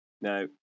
Now